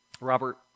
Robert